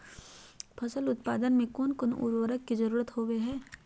फसल उत्पादन में कोन कोन उर्वरक के जरुरत होवय हैय?